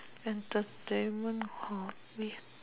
entertainment hor me